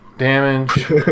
damage